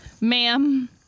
Ma'am